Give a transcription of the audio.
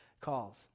calls